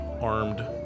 armed